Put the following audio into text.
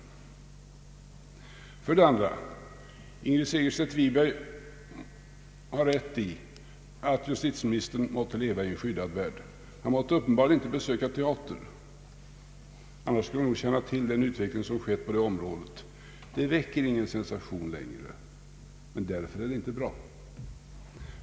För det andra har fru Segerstedt Wiberg rätt i att justitieministern måtte leva i en skyddad värld. Han måtte uppenbarligen inte besöka teatern, annars skulle han nog känna till den utveckling som fru Segerstedt Wiberg berörde. Sådant väcker inte längre någon sensation. Men därför är det inte bra.